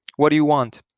what do you want?